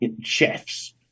chefs